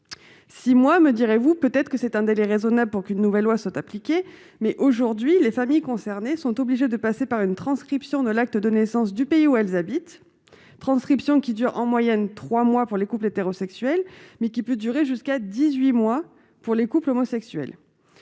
moi, me direz-vous peut-être que c'est un délai raisonnable pour qu'une nouvelle loi soit appliquée, mais aujourd'hui les familles concernées sont obligés de passer par une transcription de l'acte de naissance du pays où elles habitent transcription qui dure en moyenne 3 mois pour les couples hétérosexuels, mais qui peut durer jusqu'à 18 mois pour les couples homosexuels